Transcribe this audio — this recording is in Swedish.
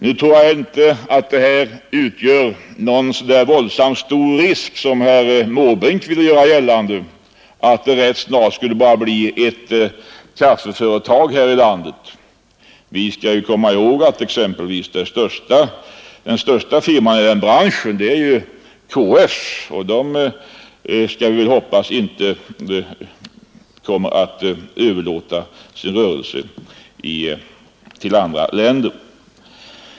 Nu tror jag inte att risken är så våldsamt stor som herr Måbrink ville göra gällande för att det rätt snart skulle bli bara ett kaffeföretag här i landet. Vi skall komma ihåg att den största firman i den branschen är KF, och vi skall hoppas att KF inte kommer att överlåta sin rörelse till andra länder.